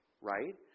right